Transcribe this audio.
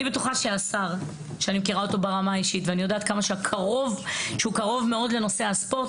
אני מכירה את השר ברמה האישית ואני יודעת כמה הוא קרוב לנושא הספורט.